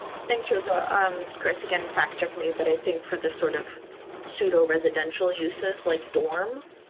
thanks for so um chris again. fact, check me, but i think for the sort of pseudo residential uses, like dorm,